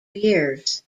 years